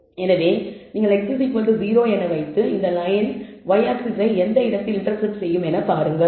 எனவே நீங்கள் x0 என வைத்து இந்த லயன் y ஆக்ஸிஸை எந்த இடத்தில் இன்டர்செப்ட் செய்யும் என பாருங்கள்